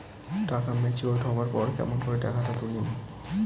টাকা ম্যাচিওরড হবার পর কেমন করি টাকাটা তুলিম?